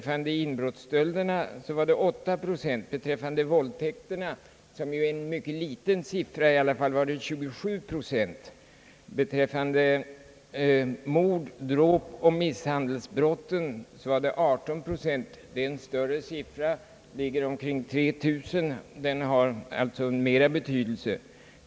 För inbrottsstölder var ökningen 8 procent och för våldtäkter — där siffran i alla fall absolut är mycket liten — uppgick den till 27 procent. Beträffande mord, dråp och misshandelsbrott var ökningen 18 procent; där är antalet fall större, omkring 3000 personer — och den har alltså större betydelse.